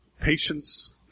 patience